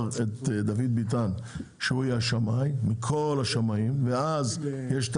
מכל השמאים את דוד ביטן שיהיה השמאי ואז יש את